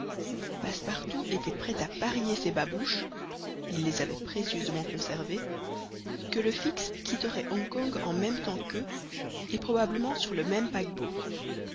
passepartout était prêt a parier ses babouches il les avait précieusement conservées que le fix quitterait hong kong en même temps qu'eux et probablement sur le même paquebot